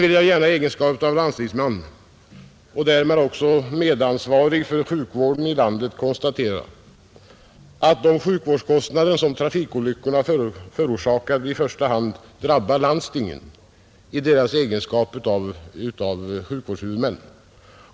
I egenskap av landstingsman och därmed medansvarig för sjukvården i landet vill jag konstatera att de sjukvårdskostnader som trafikolyckorna förorsakar i första hand drabbar landstingen såsom sjukvårdshuvudmän.